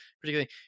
particularly